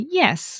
yes